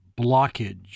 blockage